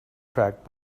track